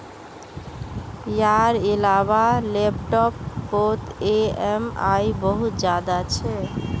यार इलाबा लैपटॉप पोत ई ऍम आई बहुत ज्यादा छे